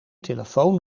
telefoon